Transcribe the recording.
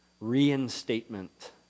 reinstatement